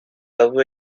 avoir